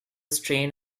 strain